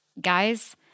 guys